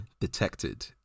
detected